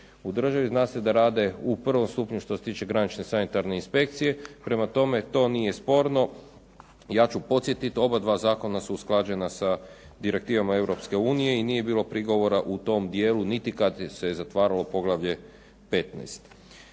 u državi, zna se da rade u prvom stupnju što se tiče granične sanitarne inspekcije, prema tome to nije sporno. Ja ću podsjetit, obadva zakona su usklađena sa direktivama Europske unije i nije bilo prigovora u tom dijelu niti kad se zatvaralo poglavlje 15.